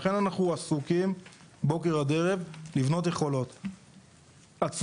לכן אנחנו עסוקים בוקר עד ערב לבנות יכולות עצמאיות.